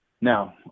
Now